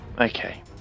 Okay